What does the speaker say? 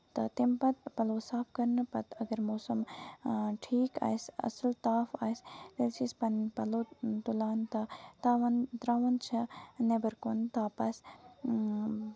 تہٕ تَمہِ پَتہٕ پلو صاف کرنہٕ پَتہٕ اَگر موسَم ٹھیٖک آسہِ اَصٕل تاپھ آسہِ تیٚلہِ چھِ أسۍ پَنٕنۍ پَلو تُلان تہٕ تاون تراون چھِ نٮ۪بر کُن تاپس